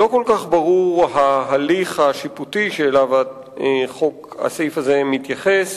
לא כל כך ברור ההליך השיפוטי שאליו הסעיף הזה מתייחס.